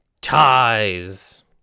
ties